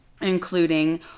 including